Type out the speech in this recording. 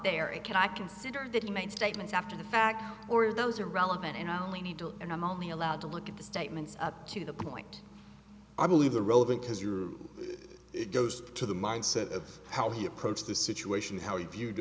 there it can i consider that he made statements after the fact or those are relevant and i only need to and i'm only allowed to look at the statements up to the point i believe the relevant because your it goes to the mindset of how he approached the situation how he viewed